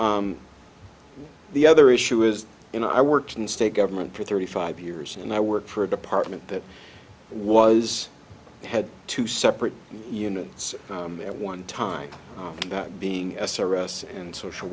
the other issue is you know i worked in state government for thirty five years and i worked for a department that was had two separate units at one time that being s r s and social